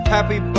Happy